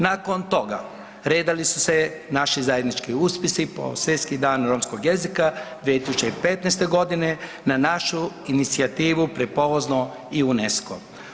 Nakon toga redali su se naši zajednički uspjesi po Svjetski dan romskog jezika 2015. godine na našu inicijativu prepoznao i UNESCO.